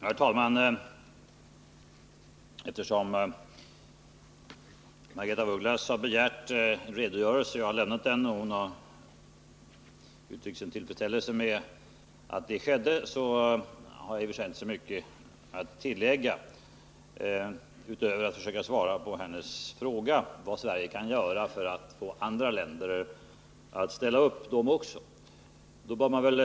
Herr talman! Margaretha af Ugglas har begärt en redogörelse, jag har lämnat den, och hon har uttryckt sin tillfredsställelse med att det skedde. Därför har jag i och för sig inte så mycket att tillägga utöver att försöka svara på hennes fråga vad Sverige kan göra för att få andra länder att också ställa upp.